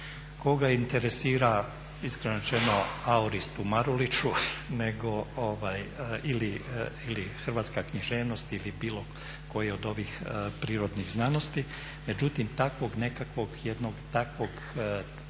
Koga interesira iskreno rečeno aorist u Maruliću nego, ili hrvatska književnost, ili bilo koje od ovih prirodnih znanosti, međutim takvog nekakvog jednog takvog,